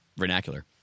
vernacular